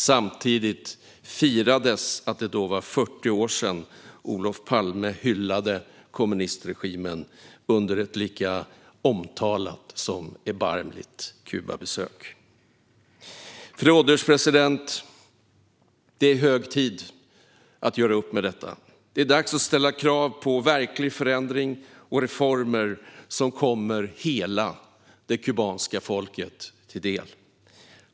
Samtidigt firades att det då var 40 år sedan Olof Palme hyllade kommunistregimen under ett lika omtalat som erbarmligt Kubabesök. Fru ålderspresident! Det är hög tid att göra upp med detta. Det är dags att ställa krav på verklig förändring och reformer som kommer hela det kubanska folket till del.